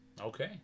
Okay